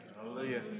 Hallelujah